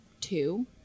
two